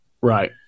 Right